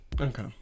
okay